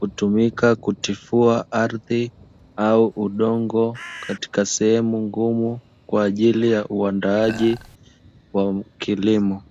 hutumika katika kutifua ardhi au udongo katika sehemu ngumu kwa ajili ya uandaaji wa kilimo.